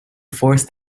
force